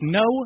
no